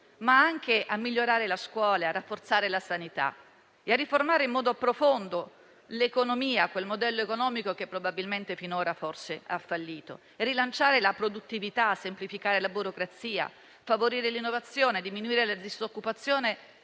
ma anche a migliorare la scuola, a rafforzare la sanità, a riformare in modo profondo l'economia e quel modello economico che probabilmente finora forse ha fallito, a rilanciare la produttività, a semplificare la burocrazia, a favorire l'innovazione e a diminuire la disoccupazione